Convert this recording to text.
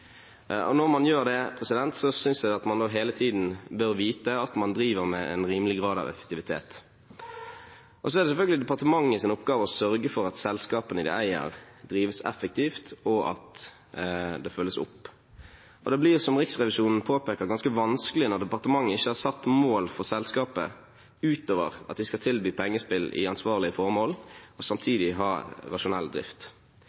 Når man gjør det, synes jeg man hele tiden bør vite at man driver med en rimelig grad av effektivitet. Så er det selvfølgelig departementets oppgave å sørge for at selskapene de eier, drives effektivt, og at de følges opp. Det blir, som Riksrevisjonen påpeker, ganske vanskelig når departementet ikke har satt mål for selskapet utover at de skal tilby pengespill i ansvarlige former og samtidig ha rasjonell drift.